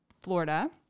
Florida